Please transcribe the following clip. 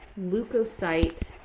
leukocyte